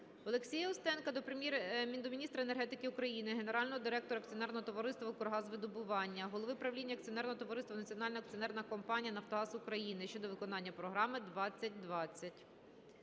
Олексія Устенка до міністра енергетики України, генерального директора Акціонерного товариства "Укргазвидобування", голови правління акціонерного товариства "Національної акціонерної компанії "Нафтогаз України" щодо виконання Програми "20/20".